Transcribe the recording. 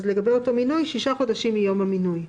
לגבי אותו מינוי ההחלה היא שישה חודשים מיום המינוי,